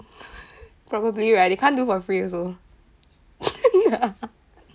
probably right they can't do for free also